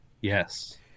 Yes